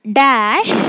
dash